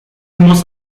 muss